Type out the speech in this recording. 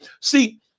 See